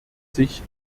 sich